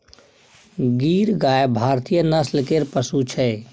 गीर गाय भारतीय नस्ल केर पशु छै